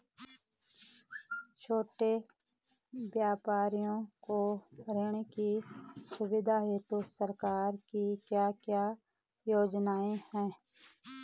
छोटे व्यापारियों को ऋण की सुविधा हेतु सरकार की क्या क्या योजनाएँ हैं?